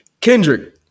kendrick